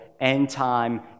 end-time